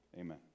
Amen